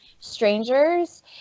strangers